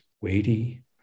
weighty